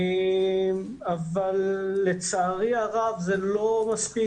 אבל לצערי הרב זה לא מספיק,